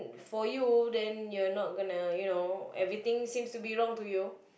for you then you're not gonna you know everything seems to be wrong to you